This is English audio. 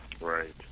Right